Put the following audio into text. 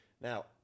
Now